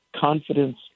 confidence